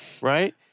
right